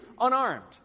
unarmed